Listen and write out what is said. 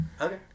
Okay